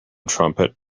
trumpet